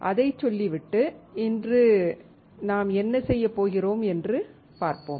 அதைச் சொல்லிவிட்டு இன்று நாம் என்ன செய்யப் போகிறோம் என்று பார்ப்போம்